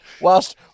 Whilst